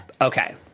Okay